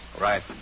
Right